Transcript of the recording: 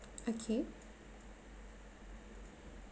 okay